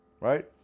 right